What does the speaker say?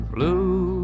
Blue